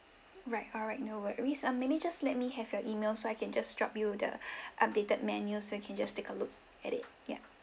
right alright no worries um maybe just let me have your email so I can just drop you the updated menu so you can just take a look at it yup